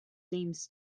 seems